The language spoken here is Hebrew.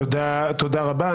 תודה רבה.